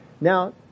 Now